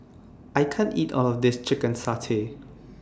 I can't eat All of This Chicken Satay